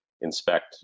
inspect